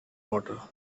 water